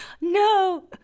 No